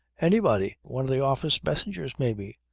anybody. one of the office messengers maybe.